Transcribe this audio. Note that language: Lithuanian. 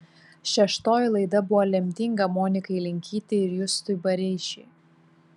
šeštoji laida buvo lemtinga monikai linkytei ir justui bareišiui